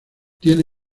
tiene